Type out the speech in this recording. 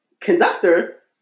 conductor